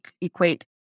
equate